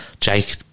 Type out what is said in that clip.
Jake